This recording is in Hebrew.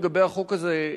לגבי החוק הזה,